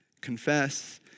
confess